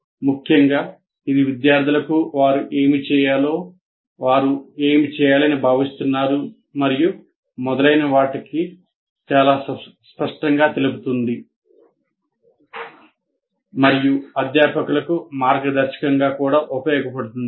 ముఖ్యంగా ఇది విద్యార్థులకు వారు ఏమి చేయాలో వారు ఏమి చేయాలని భావిస్తున్నారు మరియు మొదలైన వాటికి చాలా స్పష్టంగా తెలుపుతుంది మరియు అధ్యాపకులకు మార్గదర్శకంగా కూడా ఉపయోగపడుతుంది